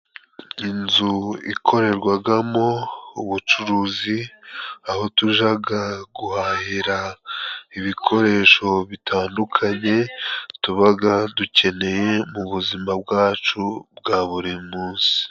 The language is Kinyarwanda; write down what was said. Inzu ikorerwagamo ubucuruzi aho tujyaga guhahira ibikoresho bitandukanye, tubaga dukeneye mu buzima bwacu bwa buri munsi.